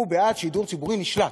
הוא בעד שידור ציבורי נשלט,